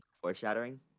Foreshadowing